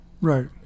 Right